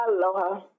Aloha